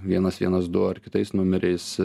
vienas vienas du ar kitais numeriais